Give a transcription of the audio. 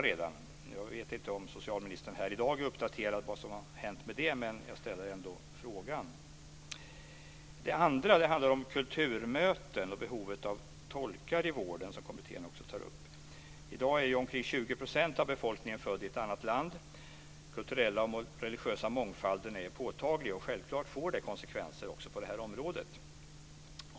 Jag vet inte om socialministern här i dag är uppdaterad om vad som hänt med det, men jag ställer ändå frågan. Det andra handlar om kulturmöten och behovet av tolkar i vården, som kommittén också tar upp. I dag är omkring 20 % av befolkningen född i ett annat land. Den kulturella och religiösa mångfalden är påtaglig, och självklart får det konsekvenser också på det här området.